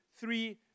three